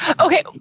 Okay